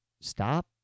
stop